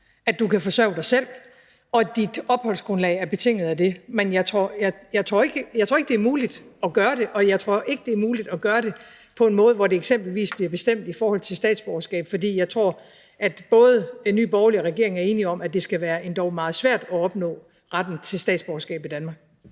at du kan forsørge dig selv, og at dit opholdsgrundlag er betinget af det. Men jeg tror ikke, det er muligt at gøre det, og jeg tror ikke, det er muligt at gøre det på en måde, hvor det eksempelvis bliver bestemt i forhold til statsborgerskab, for jeg tror, at både Nye Borgerlige og regeringen er enige om, at det skal være endog meget svært at opnå retten til statsborgerskab i Danmark.